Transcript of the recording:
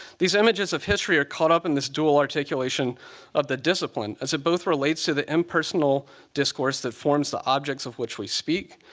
these images of history are caught up in this dual articulation of the discipline, as it both relates to the impersonal discourse that forms objects of which we speak,